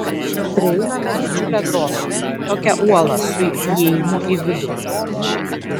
prieiname didžiulę grotą tokią uolą su įėjimu į vidų